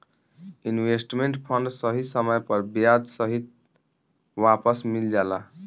investment fund सही समय पर ब्याज सहित वापस मिल जाला